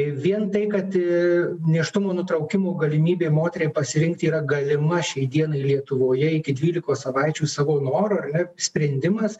vien tai kad nėštumo nutraukimo galimybė moteriai pasirinkti yra galima šiai dienai lietuvoje iki dvylikos savaičių savo noru ar ne sprendimas